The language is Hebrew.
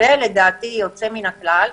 מתווה יוצא מן הכלל.